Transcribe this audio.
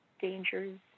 dangers